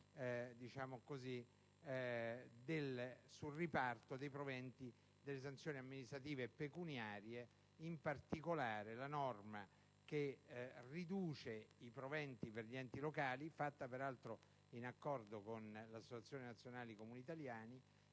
previsione del riparto dei proventi delle sanzioni amministrative e pecuniarie. In particolare, la norma che riduce i proventi per gli enti locali, fatta peraltro in accordo con l'Associazione nazionale Comuni italiani,